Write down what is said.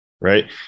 Right